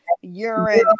urine